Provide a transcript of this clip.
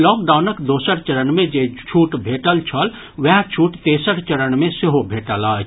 लॉकडाउनक दोसर चरण मे जे छूट भेटल छल उएह छूट तेसर चरण मे सेहो भेटल अछि